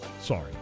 sorry